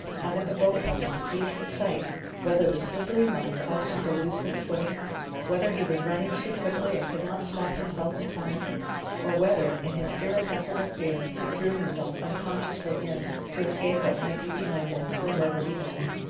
hung at the boat-house, deceived his sight whether the slippery mud caused him to lose his footing whether he was running too quickly and could not stop himself in time or whether, in his irrepressible fear, he threw himself unconsciously in, to escape what might be behind him, will never be known.